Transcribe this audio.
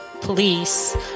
police